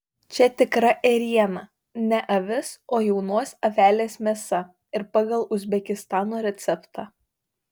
čia tikra ėriena ne avis o jaunos avelės mėsa ir pagal uzbekistano receptą